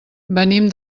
venim